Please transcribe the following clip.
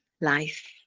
life